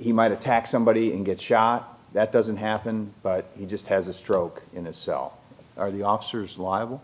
he might attack somebody and get shot that doesn't happen but he just has a stroke in itself or the officers liable